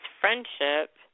friendship